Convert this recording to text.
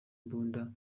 mbunda